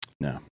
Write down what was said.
No